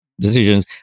decisions